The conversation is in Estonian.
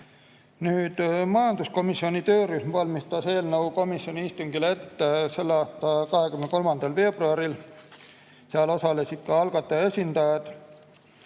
näha. Majanduskomisjoni töörühm valmistas eelnõu komisjoni istungil ette selle aasta 23. veebruaril. Seal osalesid ka algataja esindajad.